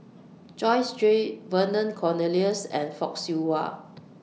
Joyce Jue Vernon Cornelius and Fock Siew Wah